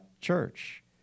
church